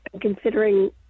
considering